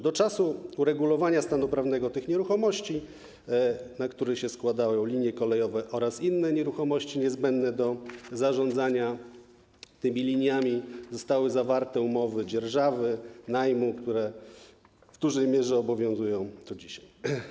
Do czasu uregulowania stanu prawnego tych nieruchomości, na które składają się linie kolejowe oraz inne nieruchomości niezbędne do zarządzania tymi liniami, zostały zawarte umowy dzierżawy, najmu, które w dużej mierze obowiązują do dzisiaj.